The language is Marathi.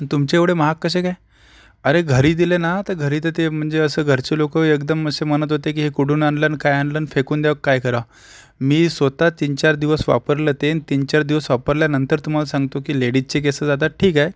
तुमचे एवढे महाग कसे काय अरे घरी दिले ना तर घरी तर ते म्हणजे असं घरचे लोक एकदम असे म्हणत होते की हे कुठून आणलं ना काय आणलं फेकून द्यावं का काय करावं मी स्वत तीन चार दिवस वापरलं ते न तीन चार दिवस वापरल्यानंतर तुम्हाला सांगतो की लेडीजचे केस जातात ठीक आहे